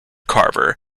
carver